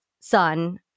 son